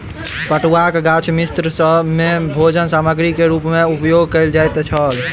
पटुआक गाछ मिस्र में भोजन सामग्री के रूप में उपयोग कयल जाइत छल